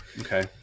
Okay